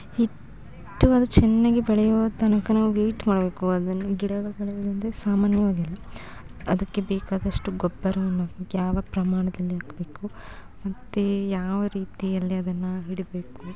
ಇಟ್ಟು ಅದು ಚೆನ್ನಾಗಿ ಬೆಳೆಯೋ ತನಕ ನಾವು ವೇಯ್ಟ್ ಮಾಡಬೇಕು ಅದನ್ನ ಗಿಡಗಳು ಬೆಳೆಯೋದು ಅಂದರೆ ಸಾಮಾನ್ಯವಾಗಿ ಅಲ್ಲ ಅದಕ್ಕೆ ಬೇಕಾದಷ್ಟು ಗೊಬ್ಬರವನ್ನು ಯಾವ ಪ್ರಮಾಣದಲ್ಲಿ ಹಾಕ್ಬೇಕು ಮತ್ತು ಯಾವ ರೀತಿಯಲ್ಲಿ ಅದನ್ನು ಇಡಬೇಕು